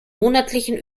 monatlichen